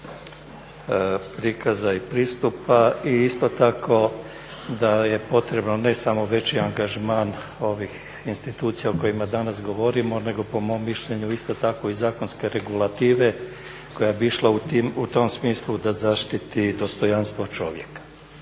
prikaza i pristupa i isto tako da je potrebno ne samo veći angažman ovih institucija o kojima danas govorimo, nego po mom mišljenju isto tako i zakonske regulative koja bi išla u tom smislu da zaštiti dostojanstvo čovjeka.